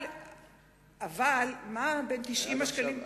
אבל מה בין 90 השקלים,